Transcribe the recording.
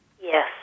Yes